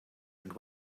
and